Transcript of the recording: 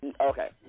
okay